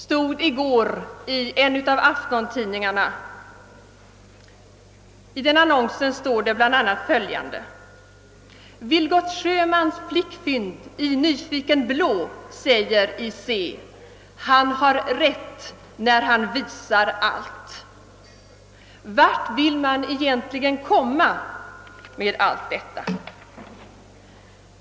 I en av aftontidningarna i går fanns en annons med bl.a. följande innehåll: » Vilgot Sjömans flickfynd i ”Nyfiken — blå” säger i Se: Han har rätt när han visar allt.» Vart vill man egentligen komma med allt detta?